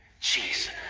Jesus